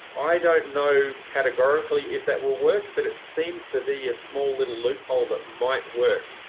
i don't know categorically if that will work. but it seems to be a small little loophole that might work.